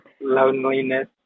Loneliness